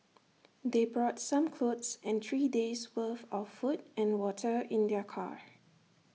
they brought some clothes and three days' worth of food and water in their car